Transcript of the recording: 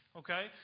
okay